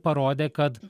parodė kad